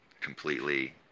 completely